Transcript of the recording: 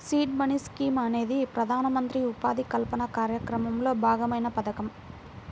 seed money scheme అనేది ప్రధానమంత్రి ఉపాధి కల్పన కార్యక్రమంలో భాగమైన పథకం